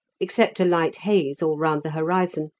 except a light haze all round the horizon,